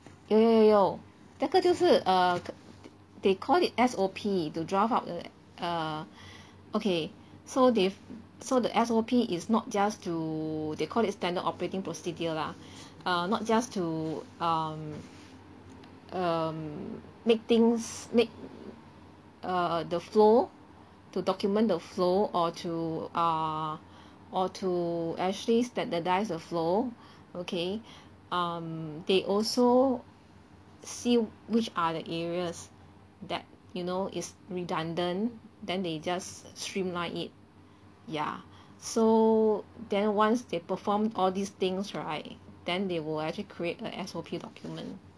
有有有有那个就是 err they call it S_O_P to draft out err okay so they so the S_O_P is not just to they call it standard operating procedure lah err not just to um um make things make err the flow to document the flow or to err or to actually standardise the flow okay um they also see which are the areas that you know is redundant then they just streamline it ya so then once they perform all these things right then they will actually create a S_O_P document